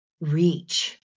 reach